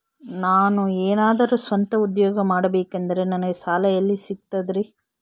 ನಾನು ಏನಾದರೂ ಸ್ವಂತ ಉದ್ಯೋಗ ಮಾಡಬೇಕಂದರೆ ನನಗ ಸಾಲ ಎಲ್ಲಿ ಸಿಗ್ತದರಿ?